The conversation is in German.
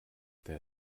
der